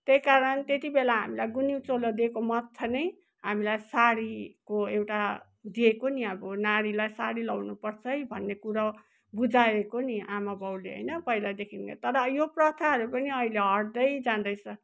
त्यही कारण त्यति बेला हामीलाई गुनिउँ चोलो दिएको महत्व नै हामीलाई साडीको एउटा दिएको नि अब नारीलाई साडी लाउनु पर्छ है भन्ने कुरा बुझाएको नि आमा बाउले होइन पहिलादेखि नै तर यो प्रथाहरू पनि अहिले हट्दै जाँदैछ